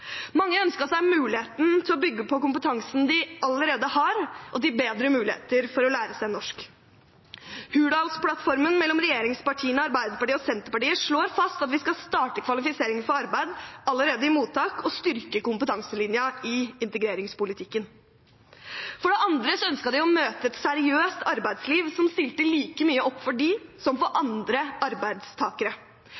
Mange ønsket seg muligheten til å bygge på kompetansen de allerede har, og bedre muligheter for å lære seg norsk. Hurdalsplattformen mellom regjeringspartiene Arbeiderpartiet og Senterpartiet slår fast at vi skal starte kvalifisering for arbeid allerede i mottak og styrke kompetanselinjen i integreringspolitikken. For det andre ønsket de å møte et seriøst arbeidsliv som stilte like mye opp for dem som for